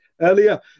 earlier